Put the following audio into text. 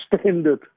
standard